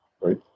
right